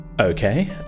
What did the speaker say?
Okay